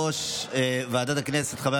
כהונה של הרבנים הראשיים לישראל והארכת כהונה של חברי